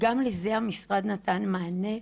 אז גם לזה המשרד נתן מענה,